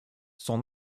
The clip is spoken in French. son